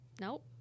Nope